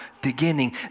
beginning